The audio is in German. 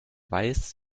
weiß